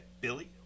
Billy